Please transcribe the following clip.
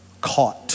caught